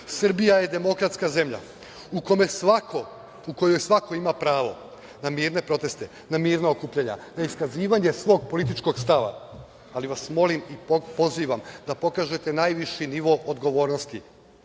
Srbija je demokratska zemlja u kojoj svako ima pravo na mirne proteste, na mirna okupljanja, na iskazivanje svog političkog stava, ali vas molim i pozivam da pokažete najviši nivo odgovornosti